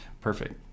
Perfect